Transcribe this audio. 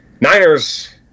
Niners